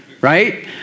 right